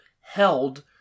held